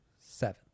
seven